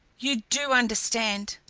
you do understand!